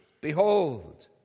Behold